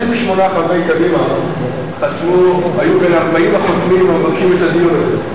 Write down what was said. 28 חברי קדימה היו בין 40 החותמים המבקשים את הדיון הזה.